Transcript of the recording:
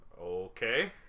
Okay